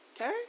Okay